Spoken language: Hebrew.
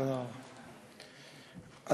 תודה רבה,